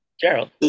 Gerald